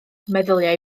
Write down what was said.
meddyliai